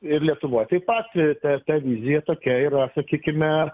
ir lietuva taip pat e te ta vizija tokia yra sakykime